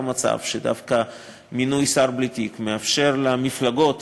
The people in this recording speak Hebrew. מצב שדווקא מינוי שר בלי תיק מאפשר למפלגות